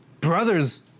brothers